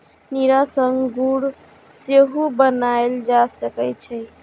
नीरा सं गुड़ सेहो बनाएल जा सकै छै